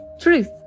truth